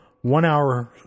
one-hour